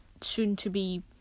soon-to-be